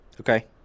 Okay